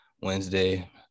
Wednesday